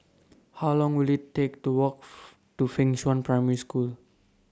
How Long Will IT Take to Walk to Fengshan Primary School